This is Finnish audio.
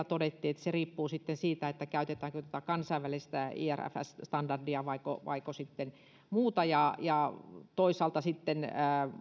todettiin että se riippuu siitä käytetäänkö kansainvälistä ifrs standardia vaiko vaiko sitten muuntajaa ja toisaalta sitten